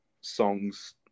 songs